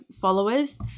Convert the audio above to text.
followers